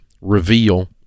reveal